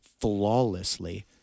flawlessly